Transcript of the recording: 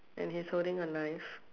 and he's holding a knife